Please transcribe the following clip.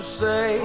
say